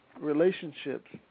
relationships